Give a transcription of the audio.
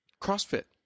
CrossFit